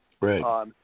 Right